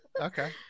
okay